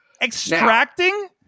Extracting